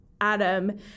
Adam